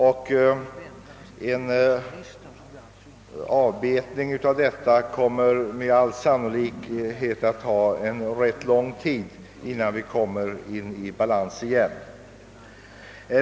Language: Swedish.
Om vi skall kunna utföra all denna byggnation kommer det med all sannolikhet att ta rätt lång tid innan vi har kommit i balans.